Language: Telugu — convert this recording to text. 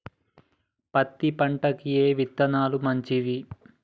పత్తి పంటకి ఏ విత్తనాలు మంచివి?